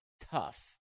Tough